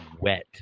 wet